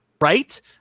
right